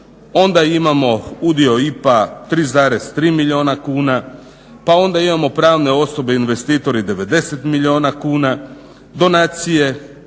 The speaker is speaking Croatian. onda imamo udio IPA 3,3 milijuna kuna, pa onda imamo pravne osobe investitore 90 milijuna kuna, donacije